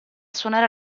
suonare